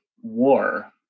war